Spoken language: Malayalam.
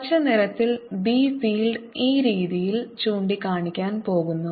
പച്ച നിറത്തിൽ b ഫീൽഡ് ഈ രീതിയിൽ ചൂണ്ടിക്കാണിക്കാൻ പോകുന്നു